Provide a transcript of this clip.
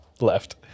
left